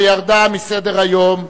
וירדה מסדר-היום.